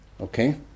okay